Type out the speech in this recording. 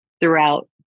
throughout